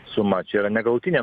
suma čia yra negalutinė